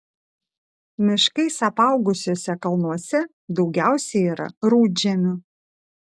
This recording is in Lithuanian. miškais apaugusiuose kalnuose daugiausia yra rudžemių